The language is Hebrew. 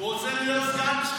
הוא רוצה להיות סגן שלך.